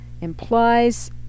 implies